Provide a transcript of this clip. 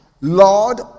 Lord